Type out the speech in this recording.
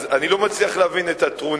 אז אני לא מצליח להבין את הטרוניה.